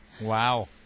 Wow